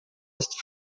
ist